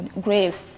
grave